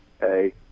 Hey